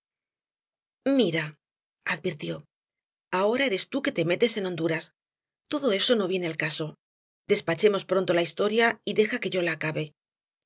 mira advirtió ahora eres tú la que te metes en honduras todo eso no viene al caso despachemos pronto la historia y deja que yo la acabe